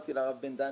ואמרתי לרב בן דהן,